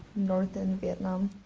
northern vietnam.